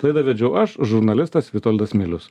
laidą vedžiau aš žurnalistas vitoldas milius